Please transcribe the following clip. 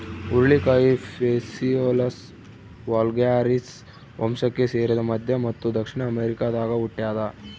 ಹುರುಳಿಕಾಯಿ Phaseolus vulgaris ವಂಶಕ್ಕೆ ಸೇರಿದ ಮಧ್ಯ ಮತ್ತು ದಕ್ಷಿಣ ಅಮೆರಿಕಾದಾಗ ಹುಟ್ಯಾದ